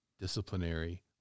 disciplinary